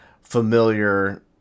familiar